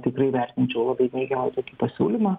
tikrai vertinčiau labai neigiamai tokį pasiūlymą